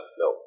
no